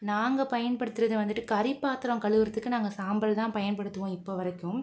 நாங்கள் பயன்படுத்துகிறது வந்துட்டு கரி பாத்திரம் கழுவுறதுக்கு நாங்கள் சாம்பல்தான் பயன்படுத்துவோம் இப்போ வரைக்கும்